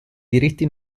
diritti